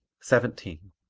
seventeen.